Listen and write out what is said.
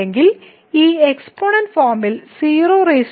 അല്ലെങ്കിൽ ഈ എക്സ്പോണന്റ് ഫോമിൽ 00